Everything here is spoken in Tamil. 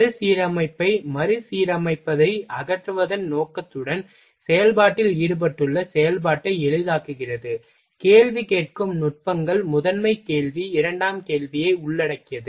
மறுசீரமைப்பை மறுசீரமைப்பதை அகற்றுவதன் நோக்கத்துடன் செயல்பாட்டில் ஈடுபட்டுள்ள செயல்பாட்டை எளிதாக்குகிறது கேள்வி கேட்கும் நுட்பங்கள் முதன்மை கேள்வி இரண்டாம் கேள்வியை உள்ளடக்கியது